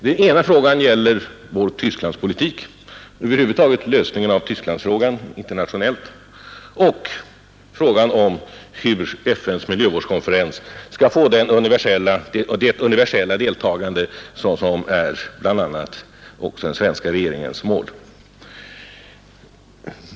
Den ena frågan gäller vår Tysklandspolitik och över huvud taget lösningen av Tysklandsfrågan internationellt, och den andra frågan gäller hur FN:s miljövårdskonferens skall få det universella deltagande som är bl.a. också den svenska regeringens mål.